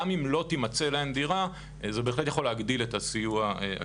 גם אם לא תימצא להן דירה זה בהחלט יכול להגדיל את הסיוע הכספי.